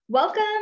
Welcome